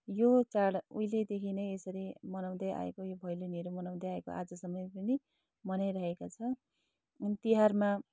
यो चाड उहिलेदेखि नै यसरी मनाउँदै आएको यो भैलेनीहरू मनाउँदै आएको आजसम्म पनि मनाइरहेको छ अनि तिहारमा